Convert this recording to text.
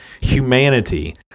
humanity